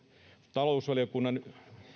talousvaliokunnan